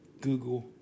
Google